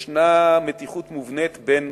יש מתיחות מובנית בין